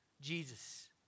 Jesus